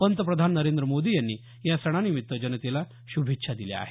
पंतप्रधान नेंद्र मोदी यांनी या सणानिमित्त जनतेला श्भेच्छा दिल्या आहेत